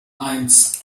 eins